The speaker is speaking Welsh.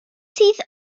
sydd